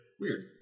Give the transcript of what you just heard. Weird